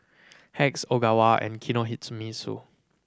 Hacks Ogawa and Kinohimitsu